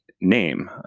name